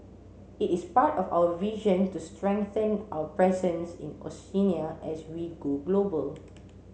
it is part of our vision to strengthen our presence in Oceania as we go global